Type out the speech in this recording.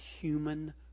human